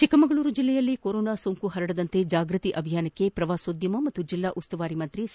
ಚಿಕ್ಕಮಗಳೂರು ಜಿಲ್ಲೆಯಲ್ಲಿ ಕೊರೋನಾ ಸೋಂಕು ಹರಡದಂತೆ ಜಾಗೃತಿ ಅಭಿಯಾನಕ್ಕೆ ಪ್ರವಾಸೋದ್ಯಮ ಹಾಗು ಜಿಲ್ಲಾ ಉಸ್ತುವಾರಿ ಸಚಿವ ಸಿ